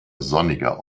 sonniger